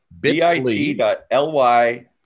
bit.ly